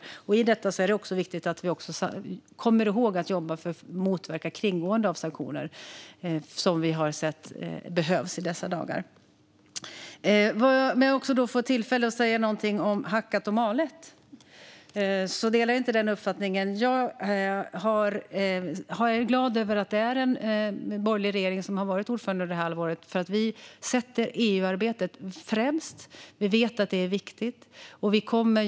I detta är det också viktigt att vi kommer ihåg att jobba för att motverka kringgående av sanktioner, vilket vi har sett behövs i dessa dagar. Låt mig också säga något om detta med hackat och malet. Jag delar inte Linnéa Wickmans uppfattning. Jag är glad över att det är en borgerlig regering som har varit ordförande under det gångna halvåret, för vi sätter EU-arbetet främst. Vi vet att det är viktigt.